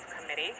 Committee